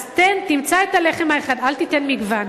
אז תמצא את הלחם האחד, אל תיתן מגוון,